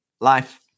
life